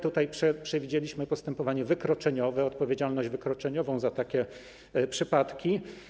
Tutaj przewidzieliśmy postępowanie wykroczeniowe, odpowiedzialność wykroczeniową za takie przypadki.